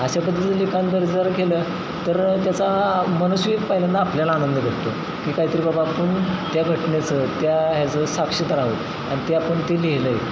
अशा पद्धतीचं लिखाण जर जर केलं तर त्याचा मनस्वी एक पहिल्यांदा आपल्याला आनंद भेटतो की काहीतरी बाबा आपण त्या घटनेचं त्या ह्याचं साक्षिदार आहोत आणि ते आपण ते लिहिलं आहे